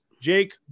Jake